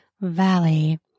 valley